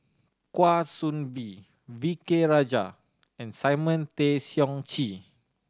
Kwa Soon Bee V K Rajah and Simon Tay Seong Chee